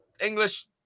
English